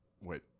Wait